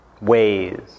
ways